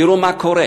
תראו מה קורה,